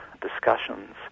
discussions